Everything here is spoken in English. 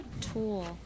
tool